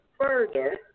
further